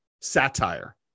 satire